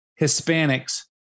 Hispanics